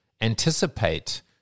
anticipate